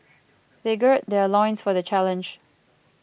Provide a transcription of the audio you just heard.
they gird their loins for the challenge